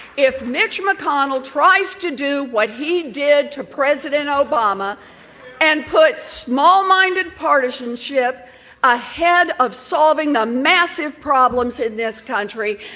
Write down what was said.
if mitch mcconnell tries to do what he did to president obama and put small minded partisanship ahead of solving the massive problems in this country,